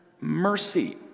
mercy